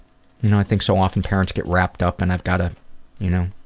you know i think so often parents get wrapped up and i've gotta you know,